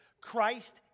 Christ